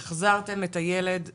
החזרתם את הילד - בסדר.